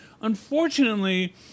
Unfortunately